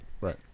Right